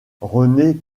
rené